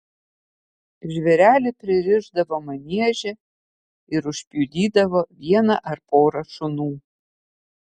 žvėrelį pririšdavo manieže ir užpjudydavo vieną ar porą šunų